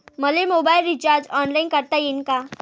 मले mobile recharge online करता येईन का?